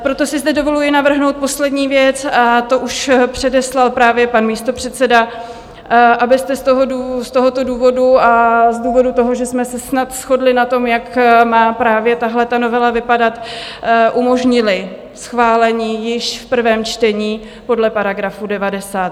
Proto si zde dovoluji navrhnout poslední věc, a to už předeslal právě pan místopředseda, abyste z tohoto důvodu a z důvodu toho, že jsme se snad shodli na tom, jak má právě tahleta novela vypadat, umožnili schválení již v prvém čtení podle § 90.